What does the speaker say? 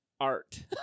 art